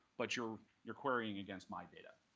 but you're you're querying against my data.